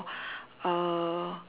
uh